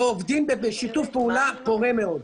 ועובדים בשיתוף פעולה פורה מאוד.